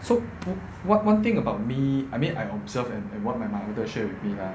so on~ on~ one one thing about me I mean I observe what my mother share with me ah